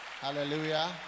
hallelujah